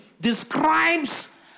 describes